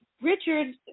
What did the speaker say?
Richard